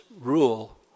rule